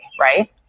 right